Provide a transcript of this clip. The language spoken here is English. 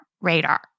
radar